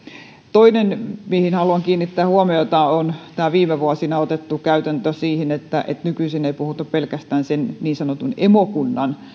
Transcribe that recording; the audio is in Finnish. toinen mihin haluan kiinnittää huomiota on tämä viime vuosina otettu käytäntö siitä että nykyisin ei puhuta pelkästään sen niin sanotun emokunnan